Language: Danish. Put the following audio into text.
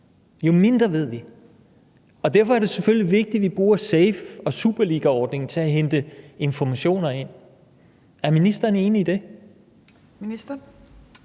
jo mindre ved vi. Derfor er det selvfølgelig vigtigt, at vi bruger SAFE og »Superligaordningen« til at hente informationer ind. Er ministeren enig i det?